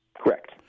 Correct